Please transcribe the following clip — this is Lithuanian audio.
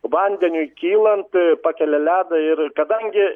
vandeniui kylant pakelia ledą ir kadangi